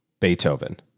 Beethoven